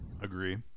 Agree